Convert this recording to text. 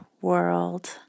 world